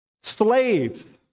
slaves